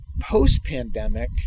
Post-pandemic